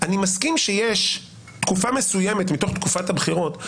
אני מסכים שיש תקופה מסוימת מתוך הבחירות,